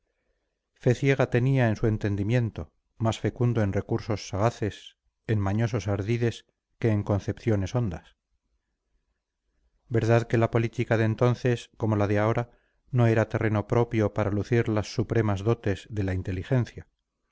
ciega tenía en su entendimiento más fecundo en recursos sagaces en mañosos ardides que en concepciones hondas verdad que la política de entonces como la de ahora no era terreno propio para lucir las supremas dotes de la inteligencia